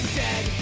dead